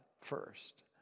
first